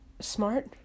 smart